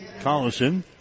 Collison